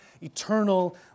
eternal